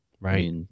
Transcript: right